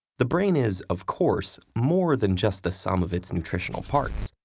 the brain is, of course, more than just the sum of its nutritional parts,